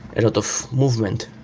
a lot of movement.